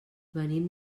venim